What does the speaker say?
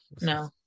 no